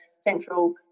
central